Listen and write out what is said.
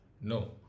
No